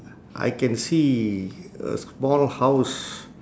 I can see a small house